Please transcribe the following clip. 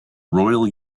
royal